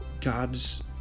God's